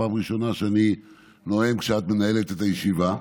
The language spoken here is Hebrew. פעם ראשונה שאני נואם כשאת מנהלת את הישיבה.